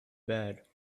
bed